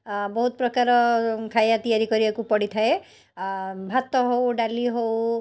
ଆ ବହୁତ ପ୍ରକାର ଖାଇବା ତିଆରି କରିବାକୁ ପଡ଼ିଥାଏ ଆ ଭାତ ହଉ ଡାଲି ହଉ